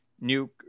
new